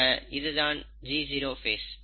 ஆக இதுதான் G0 face